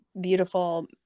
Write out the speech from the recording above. beautiful